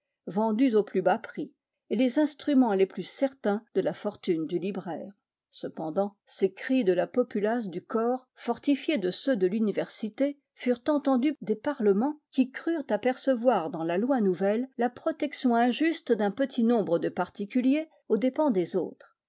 vendus au plus bas prix et les instruments les plus certains de la fortune du libraire cependant ces cris de la populace du corps fortifiés de ceux de l'université furent entendus des parlements qui crurent apercevoir dans la loi nouvelle la protection injuste d'un petit nombre de particuliers aux dépens des autres